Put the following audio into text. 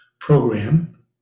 program